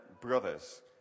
brothers